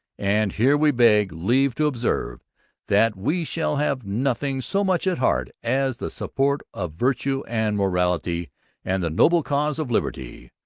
and here we beg leave to observe that we shall have nothing so much at heart as the support of virtue and morality and the noble cause of liberty.